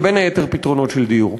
ובין היתר פתרונות לדיור.